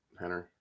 Henry